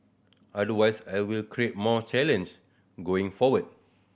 otherwise I will create more challenge going forward